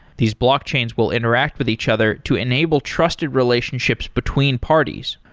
these blockchains will interact with each other to enable trusted relationships between parties.